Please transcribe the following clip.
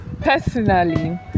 Personally